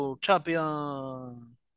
champion